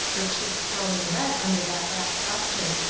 her cheeks growing red under that last question.